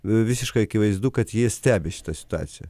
visiškai akivaizdu kad jie stebi šitą situaciją